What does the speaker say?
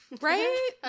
right